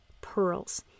pearls